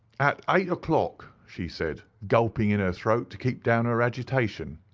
at eight o'clock she said, gulping in her throat to keep down her agitation.